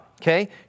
okay